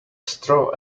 straw